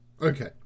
okay